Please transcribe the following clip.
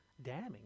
damning